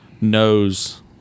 knows